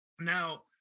now